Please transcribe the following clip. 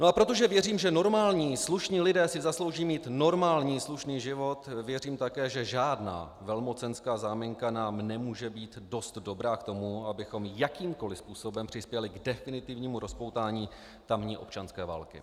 A protože věřím, že normální slušní lidé si zaslouží mít normální slušný život, věřím také, že žádná velmocenská záminka nám nemůže být dost dobrá k tomu, abychom jakýmkoliv způsobem přispěli k definitivnímu rozpoutání tamní občanské války.